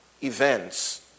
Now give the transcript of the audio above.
events